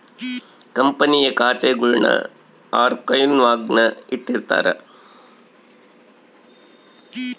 ಕಂಪನಿಯ ಖಾತೆಗುಳ್ನ ಆರ್ಕೈವ್ನಾಗ ಇಟ್ಟಿರ್ತಾರ